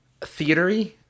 theatery